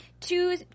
two